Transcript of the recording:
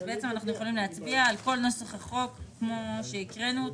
אז בעצם אנחנו יכולים להצביע על כל נוסח החוק כמו שהקראנו אותו,